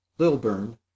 Lilburn